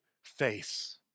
face